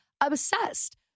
obsessed